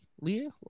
Leah